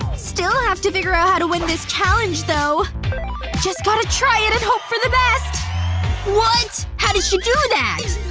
still have to figure out how to win this challenge though just gotta try it and hope for the best what? how did she do that!